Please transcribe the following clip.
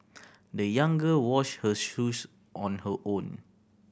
the young girl washed her shoes on her own